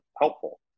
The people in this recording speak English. helpful